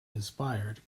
inspired